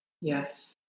Yes